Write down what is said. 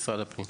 משרד הפנים.